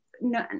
no